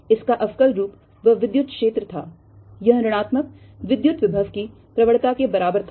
इसका अवकल रूप वह विद्युत क्षेत्र था यह ऋणात्मक विद्युत विभव की प्रवणता के बराबर था